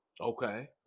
Okay